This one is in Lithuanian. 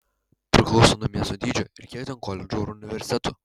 priklauso nuo miesto dydžio ir kiek ten koledžų ar universitetų